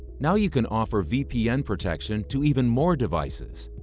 now you can offer vpn protection to even more devices.